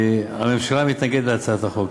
הממשלה מתנגדת להצעת החוק.